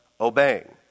obeying